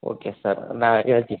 okay sir ನಾ ಹೇಳ್ತೀನಿ